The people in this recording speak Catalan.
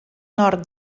nord